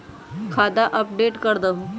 खाता अपडेट करदहु?